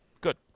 Good